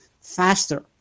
faster